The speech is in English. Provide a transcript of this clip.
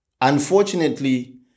Unfortunately